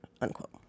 unquote